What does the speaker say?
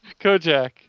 Kojak